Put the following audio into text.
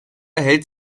erhält